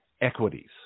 equities